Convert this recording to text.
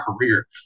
career